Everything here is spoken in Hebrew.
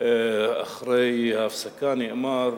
אחרי ההפסקה נאמר: